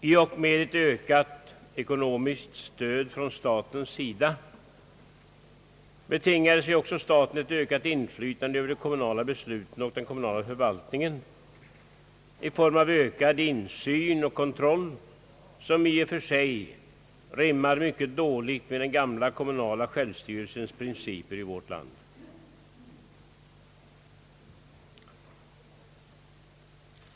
I och med ett ökat ekonomiskt stöd från statens sida betingade sig också staten ett ökat inflytande över de kommunala besluten och den kommunala förvaltningen i form av ökad insyn och kontroll, vilket i och för sig rimmar mycket då ligt med den gamla kommunala självstyrelsens principer i vårt land.